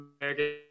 American